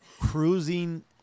cruising